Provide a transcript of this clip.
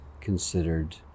considered